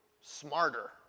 smarter